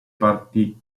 parti